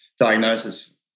diagnosis